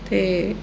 ਅਤੇ